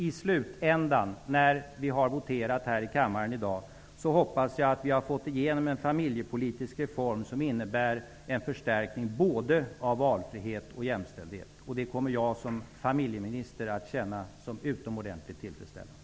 I slutändan, när vi har voterat här i kammaren i dag, hoppas jag att vi har fått igenom en familjepolitisk reform som innebär en förstärkning av både valfrihet och jämställdhet. Det kommer jag som familjeminister att uppleva som utomordentligt tillfredsställande.